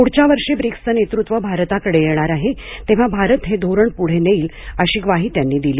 पुढच्या वर्षी ब्रिक्सचं नेतृत्व भारताकडे येणार आहे तेव्हा भारत हे धोरण पुढे नेईल अशी ग्वाही त्यांनी दिली